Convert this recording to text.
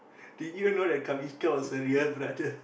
did you know the Kavisto is her real brother